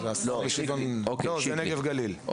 הוועדה הקרובה תהיה מיד אחרי פתיחת שנה,